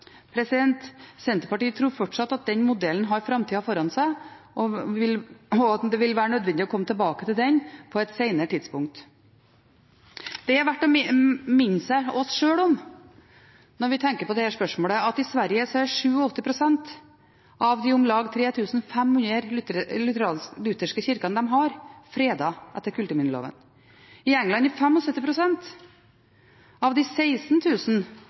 Senterpartiet tror fortsatt at den modellen har framtida foran seg, og at det vil være nødvendig å komme tilbake til den på et senere tidspunkt. Det er verd å minne oss sjøl om, når vi tenker på dette spørsmålet, at i Sverige er 87 pst. av de om lag 3 500 lutherske kirkene de har, fredet etter kulturminneloven. I England er 75 pst. av de